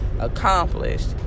accomplished